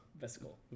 Vesicle